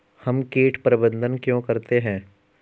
हम कीट प्रबंधन क्यों करते हैं?